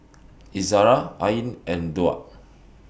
Izara Ain and Daud